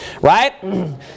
Right